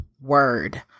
word